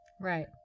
Right